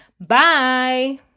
Bye